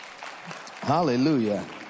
Hallelujah